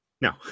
No